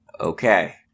Okay